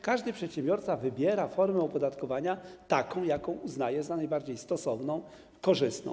Każdy przedsiębiorca wybiera taką formę opodatkowania, jaką uznaje za najbardziej stosowną, korzystną.